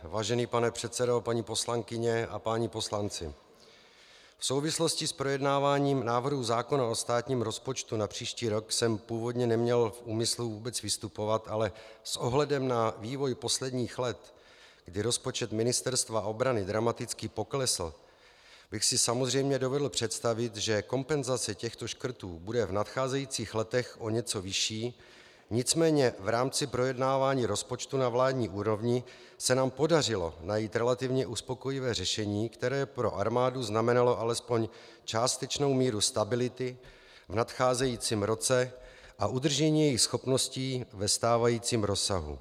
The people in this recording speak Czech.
Vážený pane předsedo, paní poslankyně a páni poslanci, v souvislosti s projednáváním návrhu zákona o státním rozpočtu na příští rok jsem původně neměl v úmyslu vůbec vystupovat, ale s ohledem na vývoj posledních let, kdy rozpočet Ministerstva obrany dramaticky poklesl, bych si samozřejmě dovedl představit, že kompenzace těchto škrtů bude v nadcházejících letech o něco vyšší, nicméně v rámci projednávání rozpočtu na vládní úrovni se nám podařilo najít relativně uspokojivé řešení, které pro armádu znamenalo alespoň částečnou míru stability v nadcházejícím roce a udržení jejích schopností ve stávajícím rozsahu.